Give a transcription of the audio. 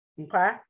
Okay